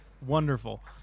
Wonderful